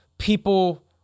People